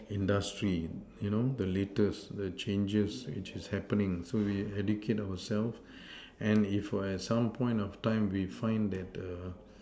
industry you know the latest the changes which is happening so we educate ourself and if at some point of time we find that